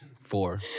Four